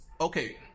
okay